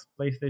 PlayStation